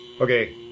Okay